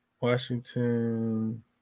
Washington